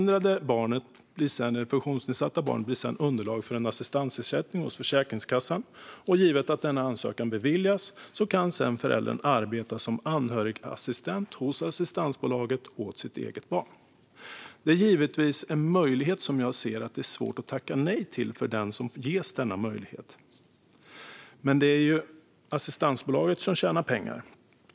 Det funktionsnedsatta barnet blir sedan underlag för assistansersättning hos Försäkringskassan. Givet att denna ansökan beviljas kan sedan föräldern arbeta som anhörigassistent hos assistansbolaget åt sitt eget barn. För den familj som ges den här möjligheten är det givetvis svårt att tacka nej, men det är assistansbolaget som tjänar pengar.